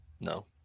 No